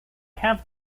have